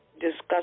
discuss